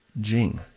Jing